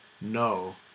no